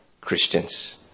christians